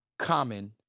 Common